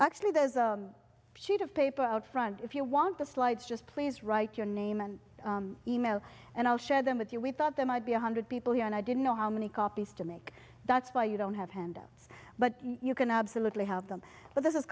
actually there's a sheet of paper out front if you want the slides just please write your name and e mail and i'll share them with you we thought there might be one hundred people here and i didn't know how many copies to make that's why you don't have handouts but you can absolutely have them but this is